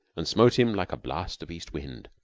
and smote him like a blast of east wind.